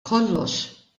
kollox